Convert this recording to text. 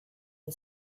the